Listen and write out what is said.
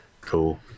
Cool